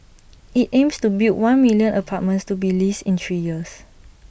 IT aims to build one million apartments to be leased in three years